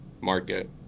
market